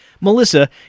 Melissa